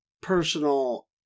personal